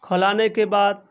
کھولانے کے بعد